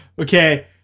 okay